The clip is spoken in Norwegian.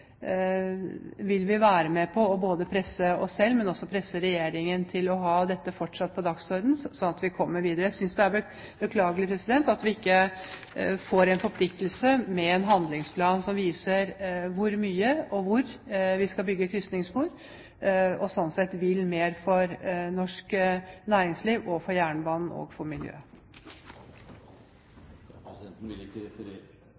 vil vi være med på både å presse oss selv og å presse regjeringen til fortsatt å ha dette på dagsordenen, slik at vi kommer videre. Jeg synes det er beklagelig at vi ikke får en forpliktelse med en handlingsplan som viser hvor vi skal bygge krysningsspor, og hvor mye, og at vi sånn sett vil mer for norsk næringsliv, for jernbanen og for miljøet. Presidenten vil ikke